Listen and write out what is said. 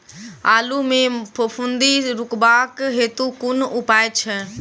आलु मे फफूंदी रुकबाक हेतु कुन उपाय छै?